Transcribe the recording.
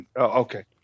Okay